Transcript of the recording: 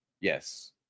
Yes